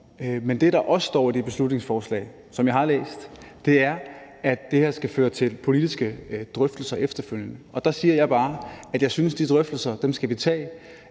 men det, der også står i det beslutningsforslag, som jeg har læst, er, at det her skal føre til politiske drøftelser efterfølgende. Der siger jeg bare, at jeg synes, at vi skal tage